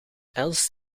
els